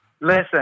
Listen